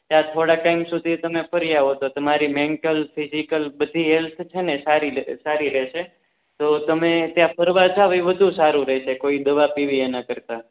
ત્યાં થોડા ટાઇમ સુધી તમે ફરી આવો તો તમારી મેનટલ ફિજિકલ બધી હેલ્થ છે ને સારી સારી રહેશે તો તમે ત્યાં ફરવા જાવ એ વધુ સારું રહેશે કોઈ દવા પીવી એના કરતાં